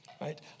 right